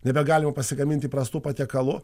nebegalima pasigaminti įprastų patiekalų